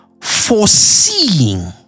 foreseeing